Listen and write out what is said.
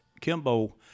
Kimbo